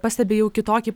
pastebi jau kitokį